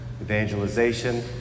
evangelization